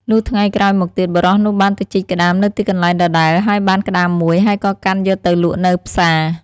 លុះថ្ងៃក្រោយមកទៀត បុរសនោះបានទៅជីកក្ដាមនៅទីកន្លែងដដែលហើយបានក្ដាមមួយ ហើយក៏កាន់យកទៅលក់នៅផ្សារ។